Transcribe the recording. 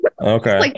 Okay